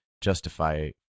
justify